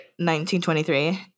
1923